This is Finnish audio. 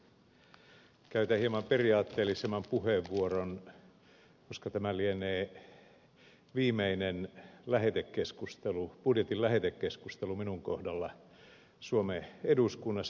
käytän hieman periaatteellisemman puheenvuoron koska tämä lienee viimeinen budjetin lähetekeskustelu minun kohdallani suomen eduskunnassa